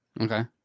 Okay